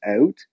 out